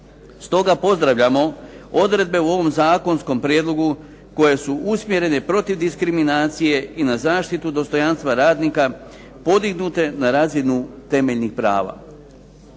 Stoga pozdravljamo odredbe u ovom zakonskom prijedlogu koje su usmjerene protiv diskriminacije i na zaštitu dostojanstva radnika podignute na razinu temeljnih prava.